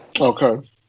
Okay